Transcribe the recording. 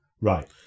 Right